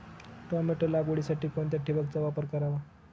Tomato लागवडीसाठी कोणत्या ठिबकचा वापर करावा?